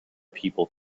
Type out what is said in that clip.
people